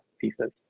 pieces